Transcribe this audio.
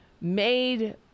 made